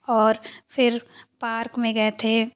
और फिर पार्क में गये थे